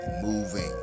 moving